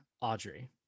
Audrey